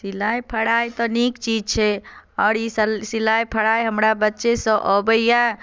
सिलाई फराइ तऽ नीक चीज छै आओर ई सभ सिलाइ फराइ हमरा बच्चेसँ अबैए